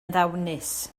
ddawnus